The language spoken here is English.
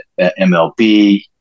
MLB